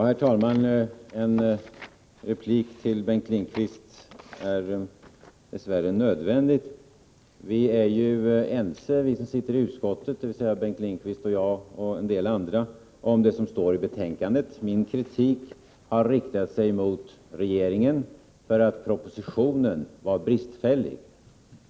Herr talman! En replik till Bengt Lindqvist är dess värre nödvändig. Vi som sitter i utskottet, dvs. Bengt Lindqvist och jag och en del andra, är ense om det som står i betänkandet. Min kritik har riktats emot regeringen för att propositionen var bristfällig.